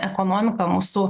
ekonomika mūsų